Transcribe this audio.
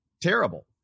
terrible